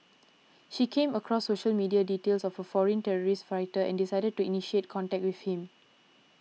she came across social media details of a foreign terrorist fighter and decided to initiate contact with him